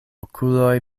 okuloj